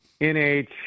NH